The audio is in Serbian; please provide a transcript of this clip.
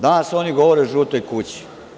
Danas oni govore o „žutoj kući“